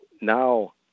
now